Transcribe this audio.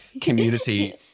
community